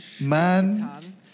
man